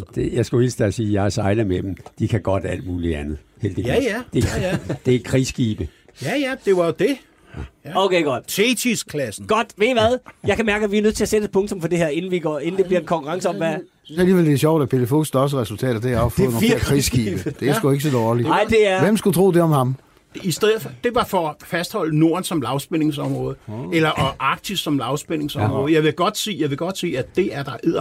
Det- jeg skulle hilse og sige, at jeg er sejlet med dem. De kan godt alt muligt andet, heldigvis. Ja, ja. Det- Ja, ja. det er krigsskibe. Ja, ja, det var jo det. Ja. Okay, godt. Thetis-klassen. Godt. Ved I hvad? Jeg kan mærke, at vi er nødt til at sætte et punktum for det her, inden vi går- inden Ej. det bliver en konkurrence om, hvad- Jeg synes alligevel, det er sjovt, at Pelle Dragsteds resultater, det er at have Det er fået nogle virkelig flere krigsskibe. krigsskibe. Det er sgu Ja. ikke så dårligt. Nej, det er- Hvem skulle tro det om ham? I stedet for- det var for at fastholde Norden som lavspændingsområde, Åh. eller- og Arktis som lavspændingsområde. Ja. Jeg vil godt sige- jeg vil godt sige, at det er der